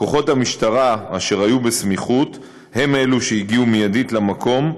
כוחות המשטרה אשר היו בסמיכות הם שהגיעו מיידית למקום,